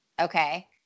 Okay